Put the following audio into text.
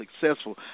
successful